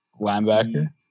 Linebacker